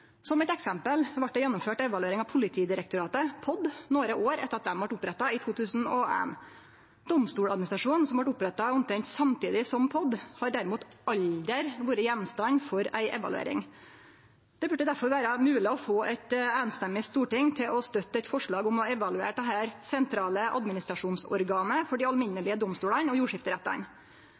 Som eit eksempel vart det gjennomført ei evaluering av Politidirektoratet, POD, nokre år etter at det vart oppretta i 2001. Domstoladministrasjonen, som vart oppretta omtrent samtidig, har derimot aldri vore gjenstand for ei evaluering. Det burde derfor vere mogleg å få eit einstemmig storting til å støtte eit forslag om å evaluere dette sentrale administrasjonsorganet for dei alminnelege domstolane og